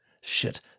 Shit